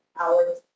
hours